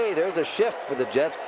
there's a shift for the jets.